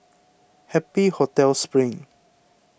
Happy Hotel Spring